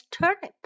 turnip